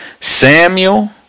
Samuel